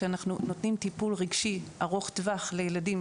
שאנחנו נותנים טיפול רגשי ארוך טווח לילדים,